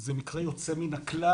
זה מקרה יוצא מן הכלל,